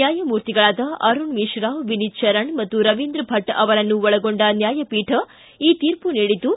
ನ್ಲಾಯಮೂರ್ತಿಗಳಾದ ಅರುಣ್ ಮಿಶ್ರಾ ವಿನಿತ್ ಶರಣ ಮತ್ತು ರವೀಂದ್ರ ಭಟ್ ಅವರನ್ನು ಒಳಗೊಂಡ ನ್ಲಾಯಪೀಠ ಈ ತೀರ್ಮ ನೀಡಿದ್ದು